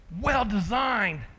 well-designed